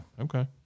Okay